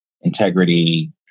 integrity